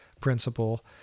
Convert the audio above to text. principle